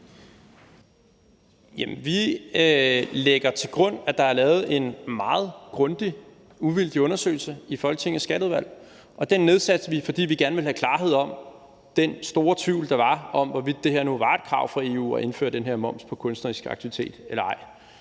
vi lægger til grund, at der er lavet en meget grundig uvildig undersøgelse i Folketingets Skatteudvalg, og den igangsatte vi, fordi vi gerne ville have klarhed om den store tvivl, der var, om, hvorvidt det nu var et krav fra EU at indføre den her moms på kunstnerisk aktivitet eller ej.